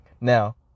Now